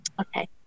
Okay